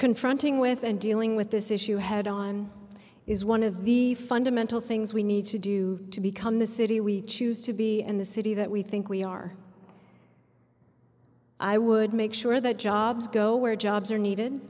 confronting with and dealing with this issue head on is one of the fundamental things we need to do to become the city we choose to be and the city that we think we are i would make sure that jobs go where jobs are needed